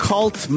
Cult